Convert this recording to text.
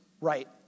Right